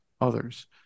others